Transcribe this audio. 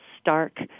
stark